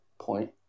point